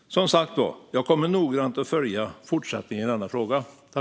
Som sagt var: Jag kommer noggrant att följa fortsättningen i denna fråga.